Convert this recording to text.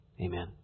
Amen